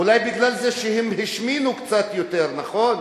אולי בגלל זה שהם השמינו קצת יותר, נכון?